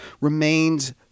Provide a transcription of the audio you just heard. remains